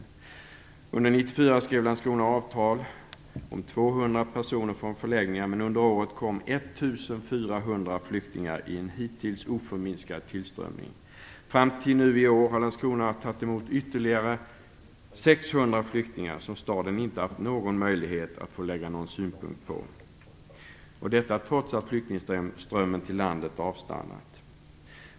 Under 1994 skrev Landskrona avtal om 200 personer från förläggningar, men under året kom 1400 flyktingar i en hittills oförminskad tillströmning. Fram tills nu i år har Landskrona tagit emot ytterligare 600 flyktingar, ett mottagande som staden inte har haft någon möjlighet att lägga någon synpunkt på - och detta trots att flyktingströmmen till landet har avstannat.